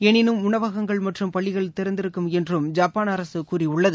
எனினும் உணவகங்கள் மற்றும் பள்ளிகள் திறந்திருக்கும் என்றும் ஜப்பான் அரசு கூறியுள்ளது